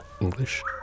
English